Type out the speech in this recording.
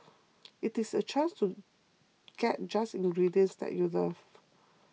it is a chance to get just ingredients that you love